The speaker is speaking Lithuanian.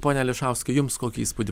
pone ališauskai jums kokį įspūdį